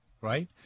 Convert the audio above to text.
right